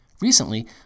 Recently